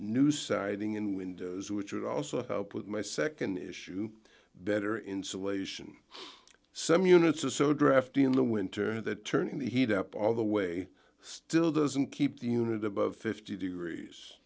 new siding and windows which would also help with my nd issue better insulation some units are so drafty in the winter that turning the heat up all the way still doesn't keep the unit above fifty degrees